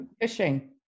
fishing